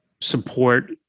support